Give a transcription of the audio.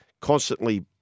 constantly